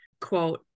quote